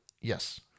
yes